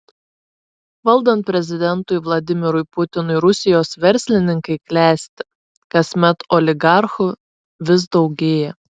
valdant prezidentui vladimirui putinui rusijos verslininkai klesti kasmet oligarchų vis daugėja